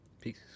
peace